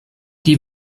die